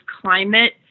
climate